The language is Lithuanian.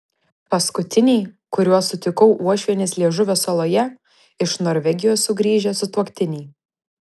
paskutiniai kuriuos sutikau uošvienės liežuvio saloje iš norvegijos sugrįžę sutuoktiniai